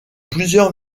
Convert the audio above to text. plusieurs